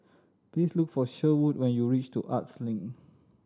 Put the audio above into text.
please look for Sherwood when you reach to Arts Link